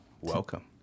Welcome